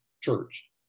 church